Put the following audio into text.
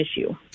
issue